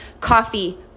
coffee